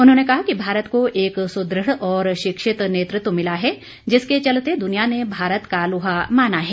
उन्होंने कहा कि भारत को एक सुदृढ़ और शिक्षित नेतृत्व मिला है जिसके चलते दुनिया ने भारत का लोहा माना है